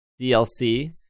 DLC